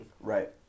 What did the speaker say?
Right